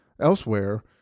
elsewhere